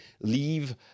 leave